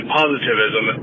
positivism